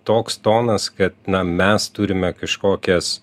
toks tonas kad na mes turime kažkokias